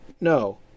no